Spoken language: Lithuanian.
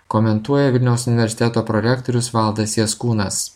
komentuoja vilniaus universiteto prorektorius valdas jaskūnas